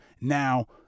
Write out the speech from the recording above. now